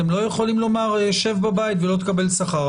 הם לא יכולים לומר: שב בבית ולא תקבל שכר.